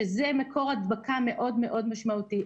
שזה מקור הדבקה מאוד מאוד משמעותי.